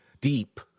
deep